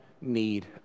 need